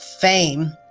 fame